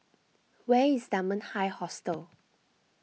where is Dunman High Hostel